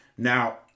Now